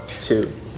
two